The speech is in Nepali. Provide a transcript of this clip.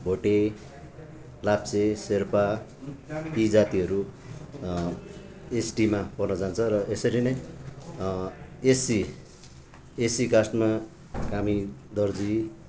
भोटे लाप्चे शेर्पा यी जातिहरू एसटीमा पर्न जान्छ र यसरी नै एससी एससी कास्टमा कामी दर्जी